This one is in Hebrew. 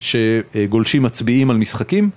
שגולשים מצביעים על משחקים